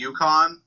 UConn